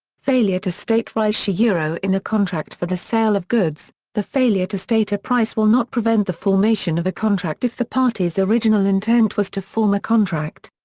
failure to state price in a contract for the sale of goods, the failure to state a price will not prevent the formation of a contract if the parties' original intent was to form a contract.